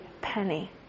penny